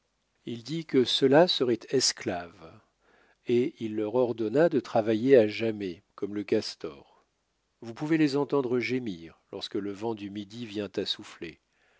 il dit que ceux-là seraient esclaves et il leur ordonna de travailler à jamais comme le castor vous pouvez les entendre gémir lorsque le vent du midi vient à souffler